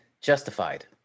justified